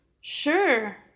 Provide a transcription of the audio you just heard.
Sure